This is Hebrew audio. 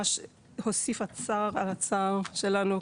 ממש הוסיפה צער על הצער שהיה כבר,